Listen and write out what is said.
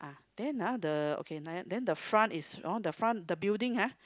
then ah the okay like that then the front is hor the front the building ha